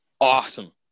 awesome